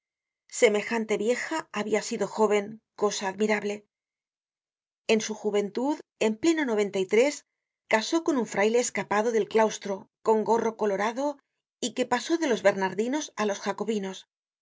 semejante vieja habia sido jóven cosa admirable en su juventud en pleno noventa y tres casó eon un fraile escapado del clánstro con gorro colorado y que pasó de los bernardinos á los jacobinos